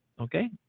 okay